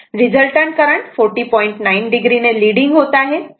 9 o ने लेडींग होत आहे आणि मी सांगितले आहे की i2 10√ 2 angle 60 o असे आहे